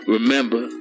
Remember